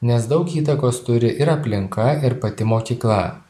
nes daug įtakos turi ir aplinka ir pati mokykla